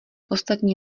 ostatní